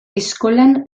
eskolan